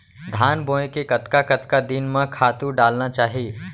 धान बोए के कतका कतका दिन म खातू डालना चाही?